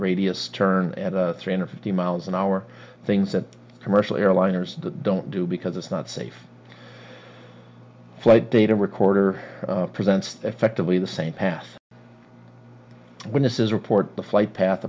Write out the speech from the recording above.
radius turn at three hundred fifty miles an hour things that commercial airliners don't do because it's not safe flight data recorder presents effectively the same path witnesses report the flight path